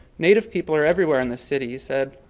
native people are everywhere in this city he said,